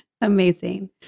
Amazing